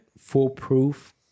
foolproof